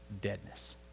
deadness